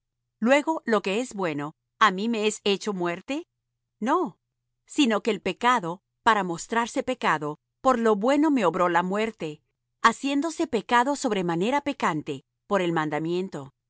luego lo que es bueno á mí me es hecho muerte no sino que el pecado para mostrarse pecado por lo bueno me obró la muerte haciéndose pecado sobremanera pecante por el mandamiento